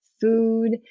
food